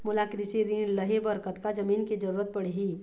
मोला कृषि ऋण लहे बर कतका जमीन के जरूरत पड़ही?